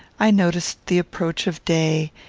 i noticed the approach of day,